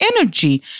energy